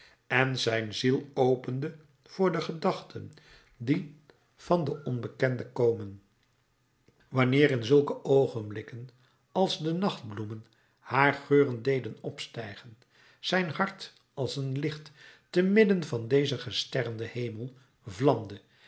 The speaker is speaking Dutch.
en zijn ziel openende voor de gedachten die van den onbekende komen wanneer in zulke oogenblikken als de nachtbloemen haar geuren deden opstijgen zijn hart als een licht te midden van dezen gesterrenden hemel vlamde